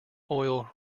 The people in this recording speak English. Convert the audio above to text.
oil